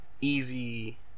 easy